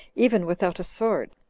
even without a sword.